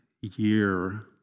year